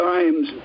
Times